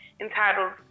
entitled